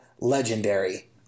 Legendary